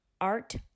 art